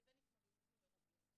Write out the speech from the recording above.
לבין התמודדות עם אירועים.